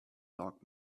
dark